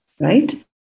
right